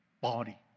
body